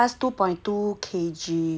two point two K_G